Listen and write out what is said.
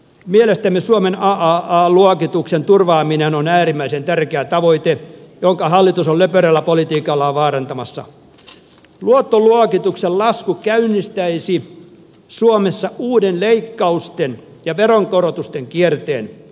mielestäni suomen a luokituksen turvaaminen on äärimmäisen tärkeä tavoite jonka hallitus oli eräällä politiikalla vaarantamasta luottoluokituksen lasku käynnistäisi suomessa uuden leikkausten ja veronkorotusten kierteen